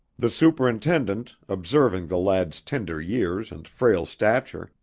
the superintendent, observing the lad's tender years and frail stature,